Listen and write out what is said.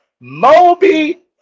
Moby